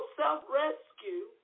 self-rescue